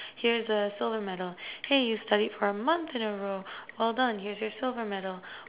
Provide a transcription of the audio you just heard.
here's a silver medal hey you studied for a month in a row well done here's your silver medal